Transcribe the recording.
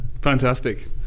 Fantastic